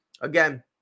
again